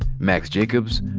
max jacobs,